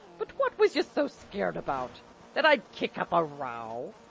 but what was yuh so scared about that i'd kick up a row?